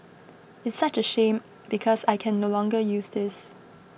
it's such a shame because I can no longer use this